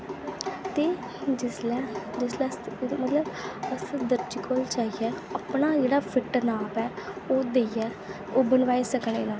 ते जिसले जिसले ओह्दे मतलब अस दर्जी कोल जाइयै अपना जेहडा फिट नाप ऐ ओह् देइयै ओह् बनवाई सकने